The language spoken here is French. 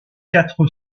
quatre